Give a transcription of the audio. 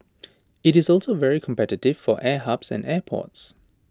IT is also very competitive for air hubs and airports